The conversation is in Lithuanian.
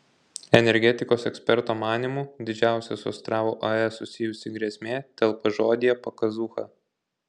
energetikos eksperto manymu didžiausia su astravo ae susijusi grėsmė telpa žodyje pakazūcha